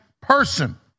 person